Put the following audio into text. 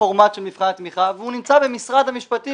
על הפורמט של מבחן התמיכה והוא נמצא במשרד המשפטים